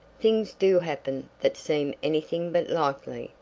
things do happen that seem anything but likely,